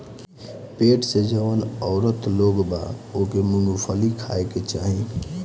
पेट से जवन औरत लोग बा ओके मूंगफली खाए के चाही